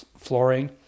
flooring